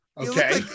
Okay